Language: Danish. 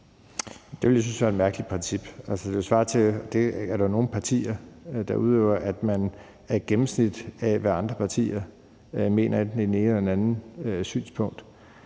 Det ville jeg synes var et mærkeligt princip. Altså, det ville svare til, og det er der nogle partier, der udøver, at man er et gennemsnit af, hvad andre partier mener, i enten det ene eller det andet synspunkt.